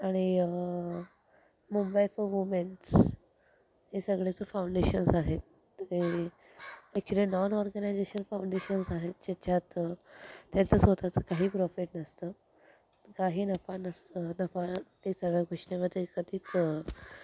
आणि Mumbai four women's या सगळ्याचं फाऊंडेशन्स आहेत तर हे ॲक्चुअल्ली नॉन ऑर्गेनाइजेशन फाऊंडेशन्स आहेत त्याच्यात त्यांचं स्वत चं काही प्रॉफिट नसतं काही नफा नसताना नफा ते सर्व गोष्टीमध्ये कधीच